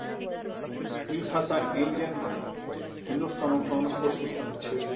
یُس ہسا اِنڈیَن ہِندُستانُک ٹرانَسپورٹ سِسٹَم چھ